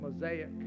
mosaic